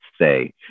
say